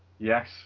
Yes